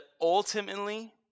ultimately